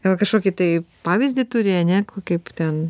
gal kažkokį tai pavyzdį turi ane kaip ten